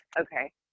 Okay